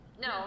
No